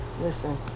listen